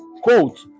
Quote